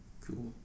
cool